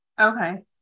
Okay